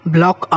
Block